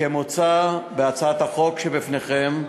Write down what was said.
כמוצע בהצעת החוק שלפניכם,